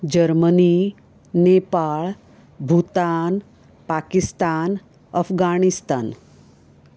Germany Nepal Bhutan Pakistan Afghanistan